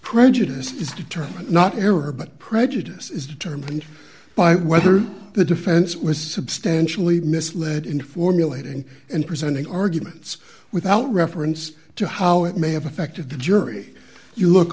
prejudice is determined not error but prejudice is determined by whether the defense was substantially misled in formulating and presenting arguments without reference to how it may have affected the jury you look